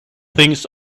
things